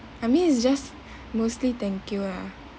I mean it's just mostly thank you lah